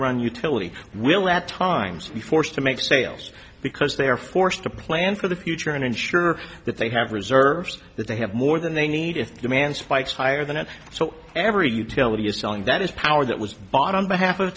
run utility will at times be forced to make sales because they are forced to plan for the future and ensure that they have reserves that they have more than they need if demand spikes higher than it so every utility is selling that is power that was bought on behalf of